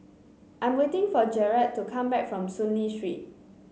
I'm waiting for Jarett to come back from Soon Lee Street